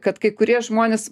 kad kai kurie žmonės